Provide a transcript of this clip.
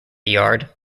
yard